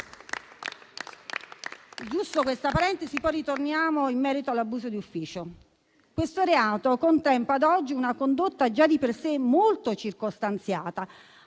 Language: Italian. giusto una parentesi, ma ora ritorniamo in merito all'abuso d'ufficio. Questo reato contempla ad oggi una condotta già di per sé molto circostanziata,